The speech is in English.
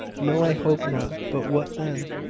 no i hope not but what then?